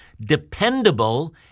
dependable